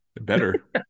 Better